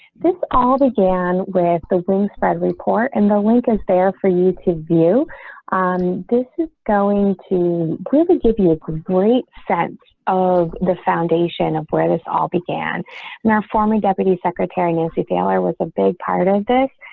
this all began with the spread report and the link is there for you to view um this is going to really give you a great sense of the foundation of where this all began and our former deputy secretary nancy taylor was a big part of this.